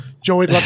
Joey